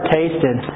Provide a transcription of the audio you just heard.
tasted